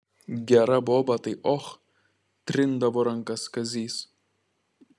gera boba tai och trindavo rankas kazys